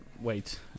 wait